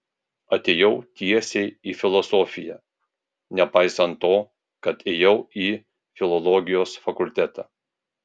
atėjau tiesiai į filosofiją nepaisant to kad ėjau į filologijos fakultetą